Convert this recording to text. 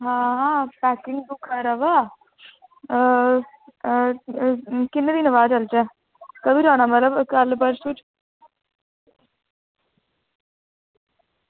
हां किन्ने दिनें दे बाद चलचै मतलब कल्ल परसूं च